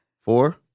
Four